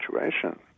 situation